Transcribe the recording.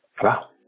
Wow